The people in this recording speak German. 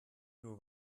nur